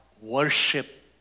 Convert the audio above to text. worship